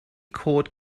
cod